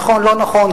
נכון או לא נכון,